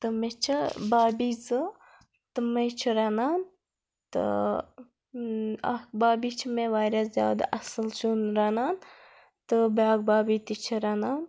تہٕ مےٚ چھِ بابی زٕ تِمَے چھِ رَنان تہٕ اَکھ بابی چھِ مےٚ واریاہ زیادٕ اَصٕل سیُن رَنان تہٕ بیٛاکھ بابی تہِ چھےٚ رَنان